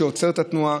שעוצר את התנועה,